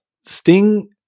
Sting